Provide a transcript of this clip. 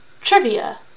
trivia